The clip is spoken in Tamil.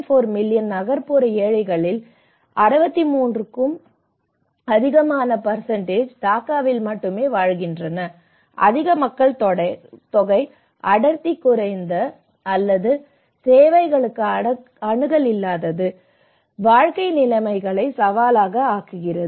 4 மில்லியன் நகர்ப்புற ஏழைகளில் 63 க்கும் அதிகமானோர் டாக்காவில் மட்டுமே வாழ்கின்றனர் அதிக மக்கள் தொகை அடர்த்தி குறைந்த அல்லது சேவைகளுக்கு அணுகல் இல்லாதது வாழ்க்கை நிலைமைகளை சவாலாக ஆக்குகிறது